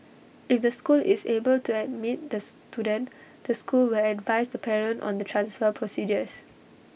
if the school is able to admit the student the school will advise the parent on the transfer procedures